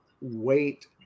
wait